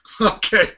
Okay